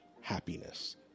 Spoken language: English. happiness